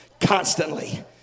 Constantly